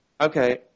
Okay